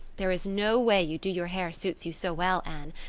there is no way you do your hair suits you so well, anne,